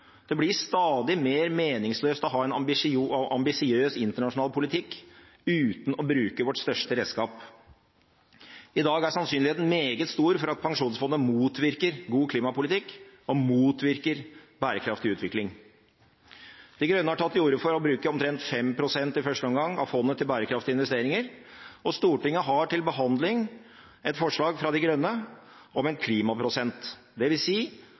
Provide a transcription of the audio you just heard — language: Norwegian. Det blir stadig mer meningsløst å ha en ambisiøs internasjonal politikk uten å bruke vårt største redskap. I dag er sannsynligheten meget stor for at pensjonsfondet motvirker god klimapolitikk og motvirker bærekraftig utvikling. Miljøpartiet De Grønne har tatt til orde for å bruke omtrent 5 pst. i første omgang av fondet til bærekraftige investeringer, og Stortinget har til behandling et forslag fra Miljøpartiet De Grønne om en klimaprosent,